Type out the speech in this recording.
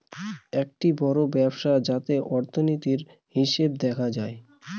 একটি বড়ো ব্যবস্থা যাতে অর্থনীতির, হিসেব দেখা হয়